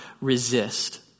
resist